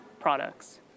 products